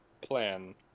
plan